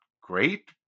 great